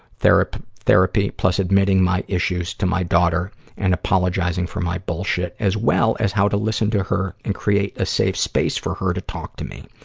therapy, plus admitting my issues to my daughter and apologizing for my bullshit, as well as how to listen to her and create a safe space for her to talk to me.